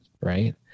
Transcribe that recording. right